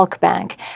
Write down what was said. Bank